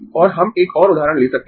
और हम एक और उदाहरण ले सकते है